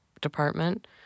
Department